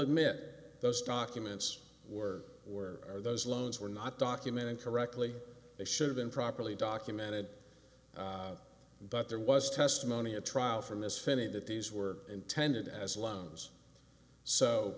admit those documents were where are those loans were not documented correctly they should have been properly documented but there was testimony at trial from this finney that these were intended as loans so